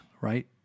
right